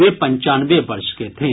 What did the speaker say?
वे पंचानवे वर्ष के थे